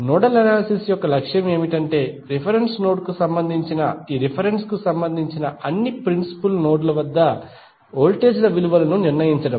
nodal analysis లక్ష్యం ఏమిటంటే reference node కు సంబంధించిన ఈ రిఫరెన్స్ కు సంబంధించిన అన్ని ప్రిన్సిపుల్ నోడ్ ల వద్ద వోల్టేజ్ ల విలువలను నిర్ణయించడం